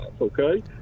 okay